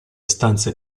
stanze